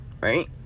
right